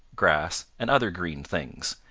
grass and other green things,